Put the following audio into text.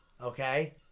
Okay